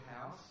house